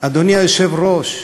אדוני היושב-ראש,